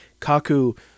Kaku